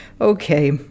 okay